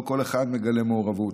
לא כל אחד מגלה מעורבות.